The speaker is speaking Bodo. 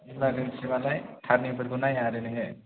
इमार्जेन्सि होन्नानै टारनिंफोरखौ नायनाङा दे नोङो